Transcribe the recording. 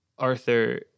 Arthur